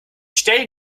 stelle